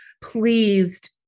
pleased